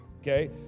Okay